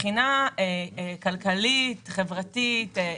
מבחינה כלכלית וחברתית.